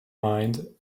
mind